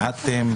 העדתם,